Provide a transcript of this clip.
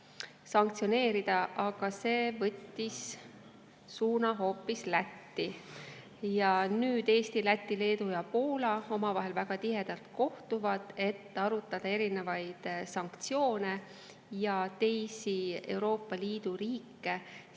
sanktsioneerida, aga see võttis suuna hoopis Lätti. Nüüd Eesti, Läti, Leedu ja Poola omavahel väga tihedalt kohtuvad, et arutada erinevaid sanktsioone ja mõjutada teisi Euroopa Liidu riike